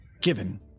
Given